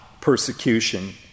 persecution